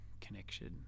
connection